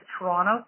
Toronto